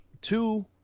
Two